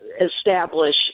establish